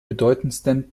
bedeutendsten